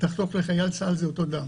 אם תחתוך לחייל צה"ל זה אותו דם.